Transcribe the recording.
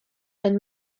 and